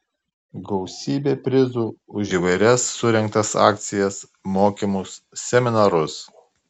gausybė prizų už įvairias surengtas akcijas mokymus seminarus